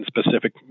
specific